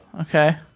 Okay